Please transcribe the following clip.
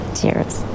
Cheers